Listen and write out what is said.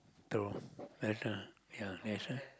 true letter ya that's true